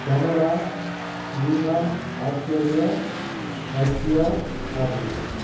Canada China Australia Russia Africa